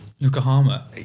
Yokohama